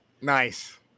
Nice